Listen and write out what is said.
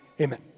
Amen